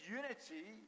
unity